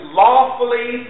lawfully